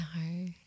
No